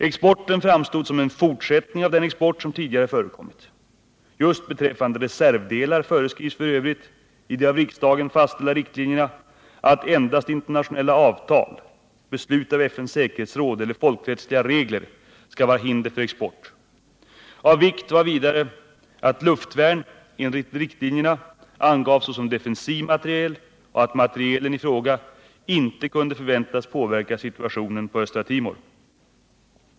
Exporten framstod som en fortsättning av den export som tidigare förekommit. Just beträffande reservdelar föreskrivs f. ö. i de av riksdagen fastställda riktlinjerna att endast internationella avtal, beslut av FN:s säkerhetsråd eller folkrättsliga regler skall vara hinder för export. Av vikt var vidare att luftvärn enligt riktlinjerna angavs såsom defensiv materiel och att materielen i fråga inte kunde förväntas påverka situationen på Östra Timor.